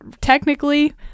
technically